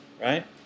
right